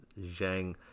Zhang